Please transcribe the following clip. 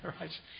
Right